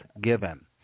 given